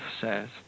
says